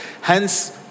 Hence